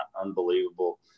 unbelievable